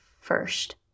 first